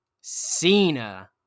Cena